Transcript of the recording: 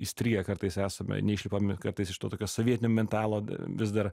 įstrigę kartais esame neišlipam ir kartais iš to tokio sovietinio mentalo vis dar